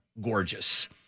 gorgeous